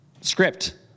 script